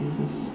Jesus